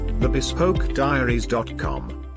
TheBespokeDiaries.com